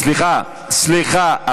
סליחה, סליחה.